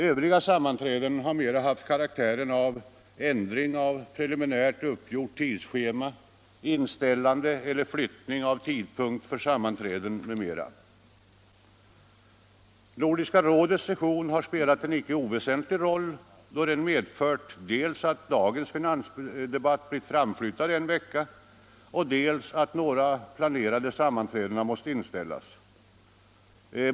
Övriga ”sammanträden” har mera haft karaktären av ändring av preliminärt uppgjort tidsschema, inställande eller flyttning av tidpunkter för sammanträden m.m. Nordiska rådets session har spelat en icke oväsentlig roll, då den medfört dels att dagens finansdebatt blivit framflyttad en vecka, dels att några planerade sammanträden har måst inställas.